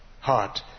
heart